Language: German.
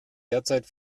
derzeit